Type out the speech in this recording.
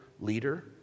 leader